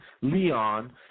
Leon